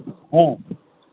ᱦᱮᱸ